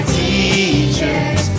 teachers